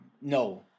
No